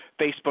Facebook